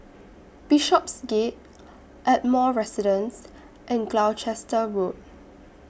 Bishopsgate Ardmore Residence and Gloucester Road